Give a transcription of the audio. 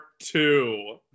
two